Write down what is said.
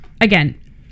Again